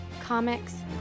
comics